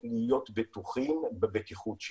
מה שהתמונה הזאת אומרת בצורה מאוד מאוד פשוטה שהנוגדנים